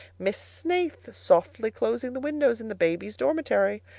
miss snaith softly closing the windows in the babies' dormitory!